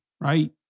right